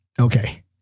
Okay